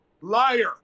Liar